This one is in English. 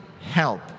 help